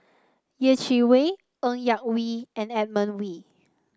Yeh Chi Wei Ng Yak Whee and Edmund Wee